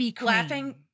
laughing